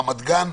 ברמת גן,